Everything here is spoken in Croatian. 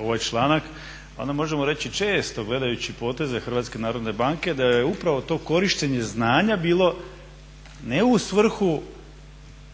ovaj članak onda možemo reći često gledajući poteze HNB-e da je upravo to korištenje znanja bilo ne u svrhu